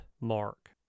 mark